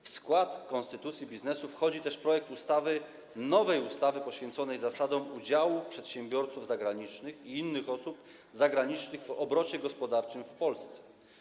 W skład konstytucji biznesu wchodzi też projekt nowej ustawy poświęconej zasadom udziału przedsiębiorców zagranicznych i innych osób zagranicznych w obrocie gospodarczym w Polsce.